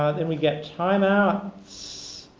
ah then we get timeouts.